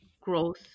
growth